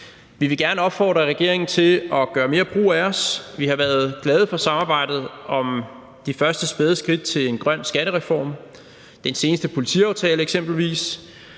Vi vil gerne opfordre regeringen til at gøre mere brug af os. Vi har været glade for samarbejdet om de første spæde skridt til en grøn skattereform, den seneste politiaftale eksempelvis,